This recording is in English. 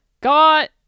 got